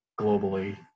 globally